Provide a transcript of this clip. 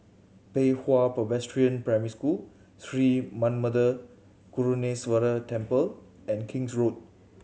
Pei Hwa Presbyterian Primary School Sri Manmatha Karuneshvarar Temple and King's Road